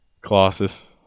Colossus